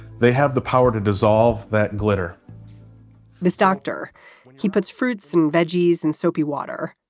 they have the power to dissolve that glitter this doctor keep its fruits and veggies and soapy water.